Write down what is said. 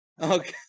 Okay